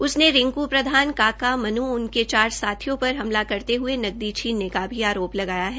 उसने रिंक् प्रधान काका मनू उनके चार साथियों पर हमला करते हये नकदी छीनने का भी आरोप लगाया है